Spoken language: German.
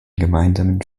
gemeinsamen